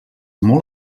molt